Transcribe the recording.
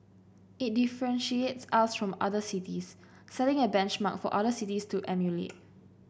it differentiates us from other cities setting a benchmark for other cities to emulate